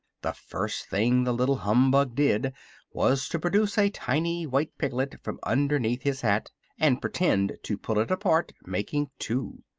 the first thing the little humbug did was to produce a tiny white piglet from underneath his hat and pretend to pull it apart, making two.